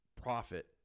profit